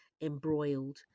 embroiled